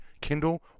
Kindle